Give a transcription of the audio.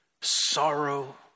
sorrow